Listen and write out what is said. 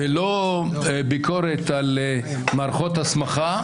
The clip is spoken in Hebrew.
ולא ביקורת על מערכות הסמכה,